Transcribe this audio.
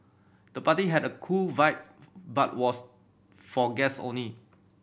the party had a cool vibe but was for guest only